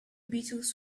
beatles